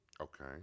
Okay